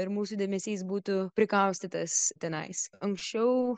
ir mūsų dėmesys būtų prikaustytas tenais anksčiau